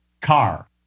car